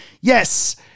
Yes